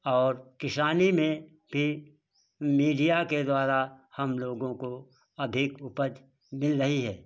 और किसानी में भी मीडिया के द्वारा हम लोगों को अधिक उपज मिल रही है